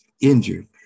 injured